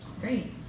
Great